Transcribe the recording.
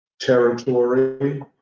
territory